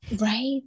right